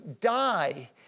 die